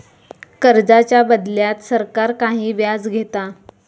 कर्जाच्या बदल्यात सरकार काही व्याज घेता